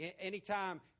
anytime